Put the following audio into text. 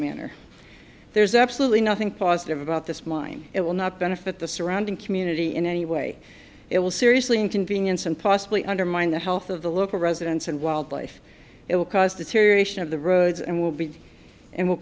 manner there's absolutely nothing positive about this mine it will not benefit the surrounding community in any way it will seriously inconvenience and possibly undermine the health of the local residents and wildlife it will cause deterioration of the roads and will be and w